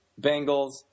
Bengals